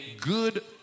good